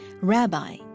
rabbi